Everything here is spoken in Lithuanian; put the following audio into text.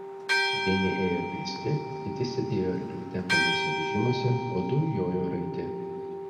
vieni ėjo pėsti kiti sėdėjo arklių tempiamuose vežimuose o du jojo raiti